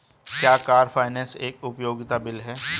क्या car finance एक उपयोगिता बिल है?